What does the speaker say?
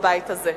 בבית הזה.